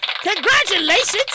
Congratulations